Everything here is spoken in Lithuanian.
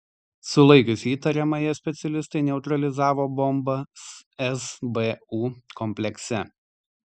sulaikius įtariamąją specialistai neutralizavo bombą sbu komplekse